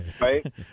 right